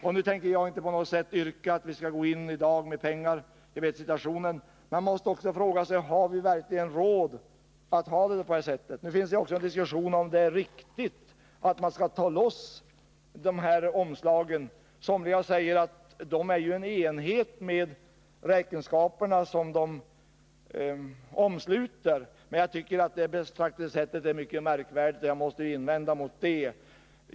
Jag tänker inte yrka att riksdagen skall anslå pengar, men man måste fråga sig om vi verkligen har råd att ha dessa arkivhandlingar på det här sättet. Är det riktigt att man skall ta loss omslagen? Somliga anser att de utgör en enhet tillsammans med de räkenskaper som de omsluter. Men jag tycker att det sättet att resonera är mycket märkligt, och jag invänder mot det.